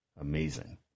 Amazing